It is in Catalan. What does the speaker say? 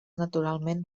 naturalment